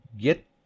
get